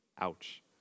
Ouch